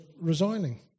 resigning